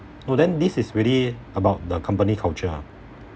oh then this is really about the company culture